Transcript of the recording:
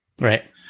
Right